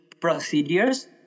procedures